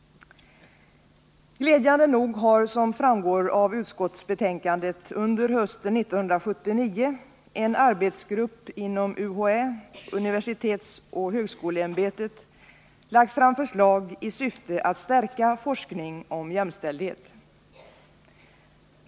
Glädjande nog har, som framgår av utskottsbetänkandet, under hösten 1979 en arbetsgrupp inom UHÄ, universitetsoch högskoleämbetet, lagt fram förslag i syfte att stärka forskning om jämställdhet.